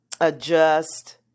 adjust